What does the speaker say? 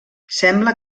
sembla